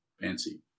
Fancy